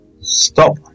Stop